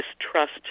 distrust